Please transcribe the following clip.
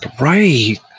Right